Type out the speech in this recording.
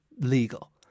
legal